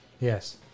Yes